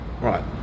right